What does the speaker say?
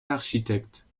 architectes